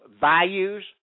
values